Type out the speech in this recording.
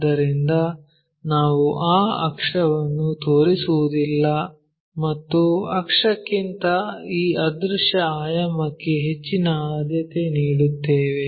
ಆದ್ದರಿಂದ ನಾವು ಆ ಅಕ್ಷವನ್ನು ತೋರಿಸುವುದಿಲ್ಲ ಮತ್ತು ಅಕ್ಷಕ್ಕಿಂತ ಈ ಅದೃಶ್ಯ ಆಯಾಮಕ್ಕೆ ಹೆಚ್ಚಿನ ಆದ್ಯತೆ ನೀಡುತ್ತೇವೆ